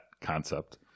concept